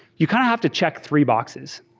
you kind of have to check three boxes.